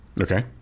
Okay